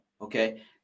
okay